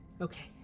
Okay